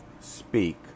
speak